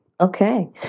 Okay